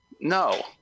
No